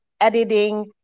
editing